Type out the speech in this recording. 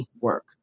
work